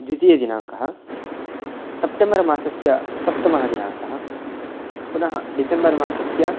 द्वितीयदिनाङ्कः सेप्टेम्बर् मासस्य सप्तमः दिनाङ्कः पुनः डिसेम्बर् मासस्य